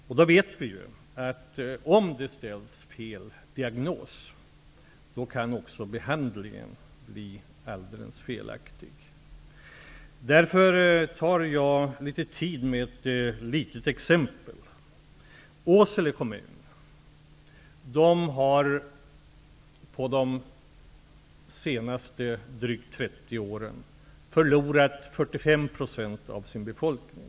Således vet vi att om fel diagnos ställs, kan också behandlingen bli alldeles felaktig. Därför ägnar jag litet tid åt ett exempel. Åsele kommun har under de senaste 30 åren, och litet drygt det, förlorat 45 % av sin befolkning.